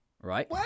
Right